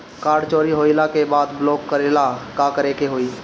Card चोरी होइला के बाद ब्लॉक करेला का करे के होई?